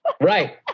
Right